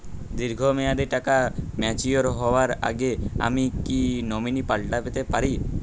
দীর্ঘ মেয়াদি টাকা ম্যাচিউর হবার আগে আমি কি নমিনি পাল্টা তে পারি?